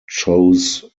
chose